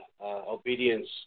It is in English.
obedience